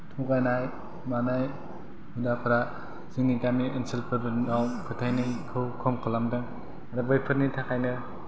थगायनाय मानाय हुदाफोरा जोंनि गामि ओनसोलफोरनियाव फोथायनायखौ खम खालामदों आरो बैफोरनि थाखायनो